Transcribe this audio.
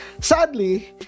Sadly